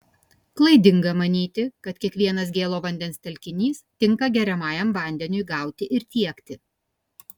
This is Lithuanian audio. klaidinga manyti kad kiekvienas gėlo vandens telkinys tinka geriamajam vandeniui gauti ir tiekti